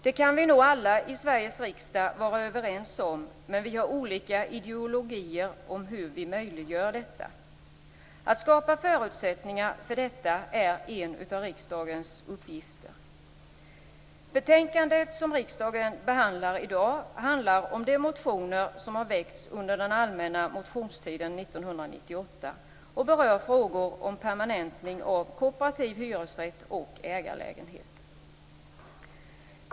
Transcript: Det kan vi nog alla i Sveriges riksdag vara överens om, men vi har olika ideologier om hur vi möjliggör detta. Att skapa förutsättningar för detta är en av riksdagens uppgifter. Det betänkande som riksdagen behandlar i dag handlar om de motioner som har väckts under den allmänna motionstiden 1998 och berör frågor om permanentning av kooperativ hyresrätt och ägarlägenheter.